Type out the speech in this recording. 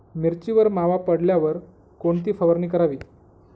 मिरचीवर मावा पडल्यावर कोणती फवारणी करावी?